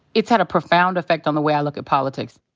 it's had a profound effect on the way i look at politics.